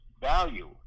value